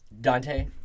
Dante